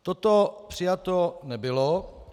Toto přijato nebylo.